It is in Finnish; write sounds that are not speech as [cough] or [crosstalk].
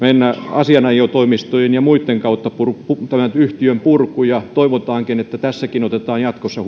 asianajotoimistojen ja muitten kautta tämä yhtiön purku ja toivotaankin että tämäkin otetaan jatkossa [unintelligible]